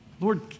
Lord